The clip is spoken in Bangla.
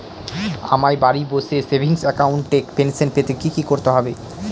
আমায় বাড়ি বসে সেভিংস অ্যাকাউন্টে পেনশন পেতে কি কি করতে হবে?